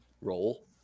role